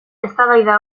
eztabaida